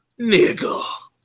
nigga